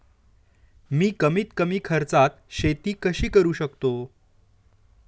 मी कमीत कमी खर्चात शेती कशी करू शकतो?